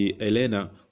Elena